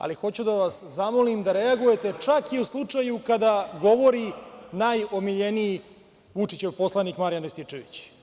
Ali, hoću da vas zamolim da reagujete čak i u slučaju kada govori najomiljeniji Vučićev poslanik Marijan Rističević.